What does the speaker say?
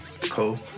cool